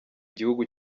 gihugu